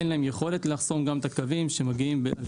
בגלל